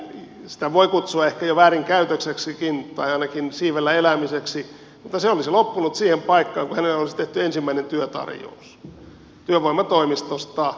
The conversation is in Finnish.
sitä voi kutsua ehkä jo väärinkäytökseksikin tai ainakin siivellä elämiseksi mutta se olisi loppunut siihen paikkaan kun hänelle olisi tehty ensimmäinen työtarjous työvoimatoimistosta